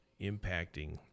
impacting